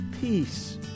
peace